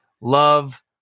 love